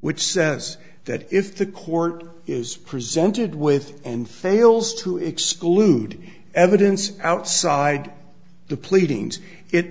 which says that if the court is presented with an fails to exclude evidence outside the pleadings it